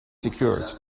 secured